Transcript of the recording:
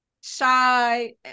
Shy